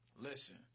listen